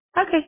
Okay